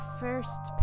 first